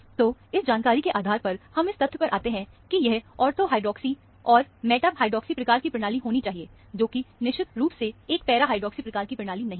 तो इस जानकारी के आधार पर हम इस तथ्य पर आते हैं कि यह ऑर्थो हाइड्रोक्सी या एक meta hydroxy hydroxy or a meta hydroxy प्रकार की प्रणाली होनी चाहिए जोकि निश्चित रूप से एक पैरा हाइड्रोक्सी प्रकार की प्रणाली नहीं है